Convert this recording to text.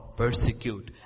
persecute